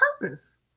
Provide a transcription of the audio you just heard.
purpose